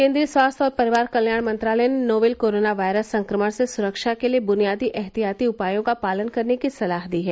केन्द्रीय स्वास्थ्य और परिवार कल्याण मंत्रालय ने नोवल कोरोना वायरस संक्रमण से सुरक्षा के लिए बुनियादी एहतियाती उपायों का पालन करने की सलाह दी है